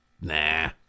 Nah